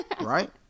Right